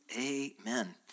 Amen